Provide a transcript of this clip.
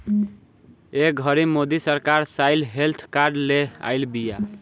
ए घड़ी मोदी सरकार साइल हेल्थ कार्ड ले आइल बिया